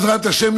בעזרת השם,